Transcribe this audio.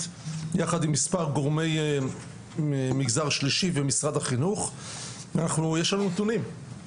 יחד עם מספר גורמי מגזר שלישי ומשרד החינוך ויש לנו נתונים.